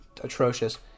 atrocious